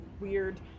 weird